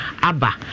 Abba